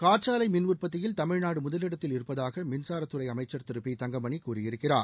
காற்றாலை மின் உற்பத்தியில் தமிழ்நாடு முதலிடத்தில் இருப்பதாக மின்சாரத் துறை அமைச்சா் திரு பி தங்கமணி கூறியிருக்கிறார்